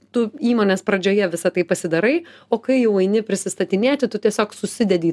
tu įmonės pradžioje visą tai pasidarai o kai jau eini prisistatinėti tu tiesiog susidedi